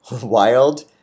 wild